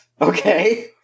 Okay